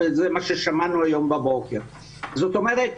זאת אומרת,